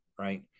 Right